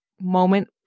moment